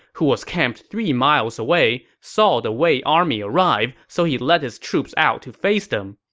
who was camped three miles away, saw the wei army arrive, so he led his troops out to face them.